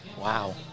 Wow